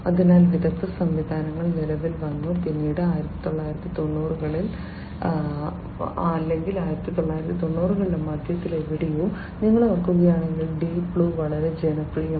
അതിനാൽ വിദഗ്ദ്ധ സംവിധാനങ്ങൾ നിലവിൽ വന്നു പിന്നീട് 1990 കളിൽ 1990 കളുടെ മധ്യത്തിൽ എവിടെയോ നിങ്ങൾ ഓർക്കുകയാണെങ്കിൽ ഡീപ് ബ്ലൂ വളരെ ജനപ്രിയമായി